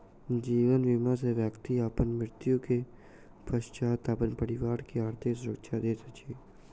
जीवन बीमा सॅ व्यक्ति अपन मृत्यु के पश्चात अपन परिवार के आर्थिक सुरक्षा दैत अछि